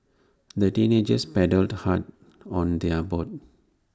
the teenagers paddled hard on their boat